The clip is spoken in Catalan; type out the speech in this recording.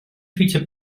fitxa